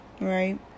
right